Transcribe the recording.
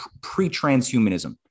pre-transhumanism